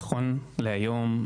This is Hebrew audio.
נכון להיום,